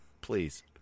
please